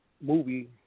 movie